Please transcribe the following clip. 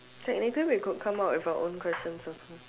technically we could come up with our own questions also